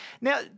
Now